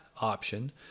option